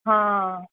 હા